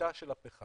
הגריטה של הפחם.